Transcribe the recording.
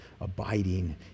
abiding